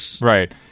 Right